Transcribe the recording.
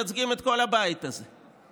כמייצגים את כל הבית הזה.